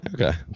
Okay